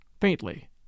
faintly